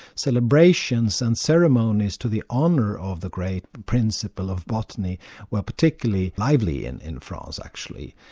celebrations and ceremonies to the honour of the great principle of botany were particularly lively and in france actually.